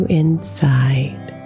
inside